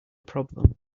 problem